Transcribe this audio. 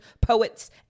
poets